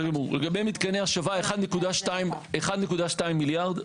לגבי מתקני השבה, 1.2 מיליארד.